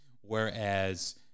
whereas